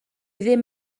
ddim